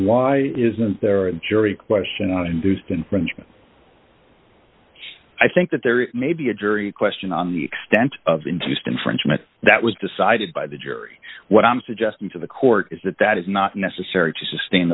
why isn't there a jury question on induced infringement i think that there may be a jury question on the extent of into used infringement that was decided by the jury what i'm suggesting to the court is that that is not necessary to sustain